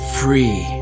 free